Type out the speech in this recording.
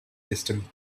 distant